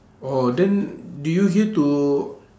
oh did you hear to